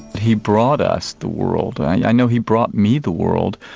he brought us the world. i know he brought me the world.